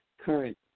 current